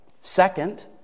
Second